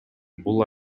бул